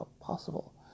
possible